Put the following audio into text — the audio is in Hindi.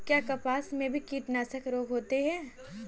क्या कपास में भी कीटनाशक रोग होता है?